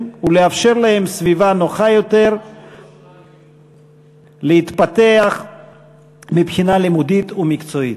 ולאפשר להם סביבה נוחה יותר להתפתח מבחינה לימודית ומקצועית.